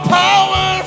power